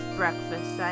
breakfast